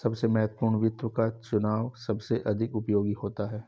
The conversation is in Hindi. सबसे महत्वपूर्ण वित्त का चुनाव सबसे अधिक उपयोगी होता है